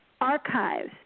archives